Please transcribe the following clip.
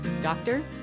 Doctor